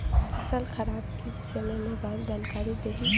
फसल खराब के विषय में मोबाइल जानकारी देही